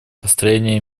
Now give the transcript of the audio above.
построение